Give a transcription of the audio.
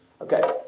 okay